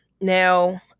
Now